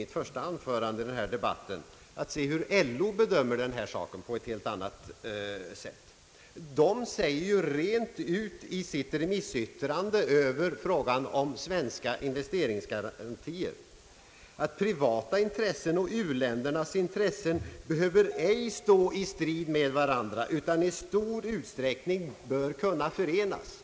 intressant att se hur LO bedömer denna fråga — jag var inne på det i mitt tidigare anförande i debatten. LO säger rent ut i sitt remissyttrande över frågan om svenska investeringsgarantier att privata intressen och uländernas intressen ej behöver stå i strid mot varandra utan i stor utsträckning bör kunna förenas.